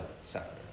suffer